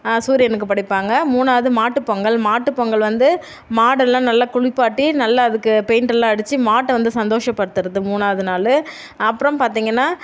சூரியனுக்கு படைப்பாங்க மூணாவது மாட்டுப்பொங்கல் மாட்டுப்பொங்கல் வந்து மாடெல்லாம் நல்லா குளிப்பாட்டி நல்லா அதுக்கு பெயிண்ட் எல்லாம் அடிச்சு மாட்டை வந்து சந்தோஷப்படுத்துவது மூணாவது நாள் அப்புறம் பார்த்திங்கன்னா